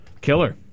Killer